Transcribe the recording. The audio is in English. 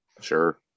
sure